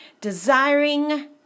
Desiring